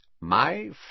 My